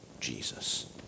Jesus